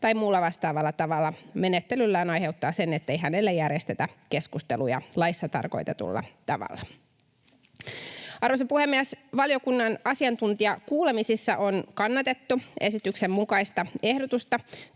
tai muulla vastaavalla tavalla menettelyllään aiheuttaa sen, ettei hänelle järjestetä keskusteluja laissa tarkoitetulla tavalla. Arvoisa puhemies! Valiokunnan asiantuntijakuulemisissa on kannatettu esityksen mukaista ehdotusta